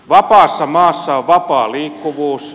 vapaassa maassa on vapaa liikkuvuus